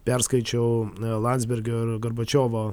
perskaičiau landsbergio ir gorbačiovo